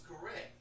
correct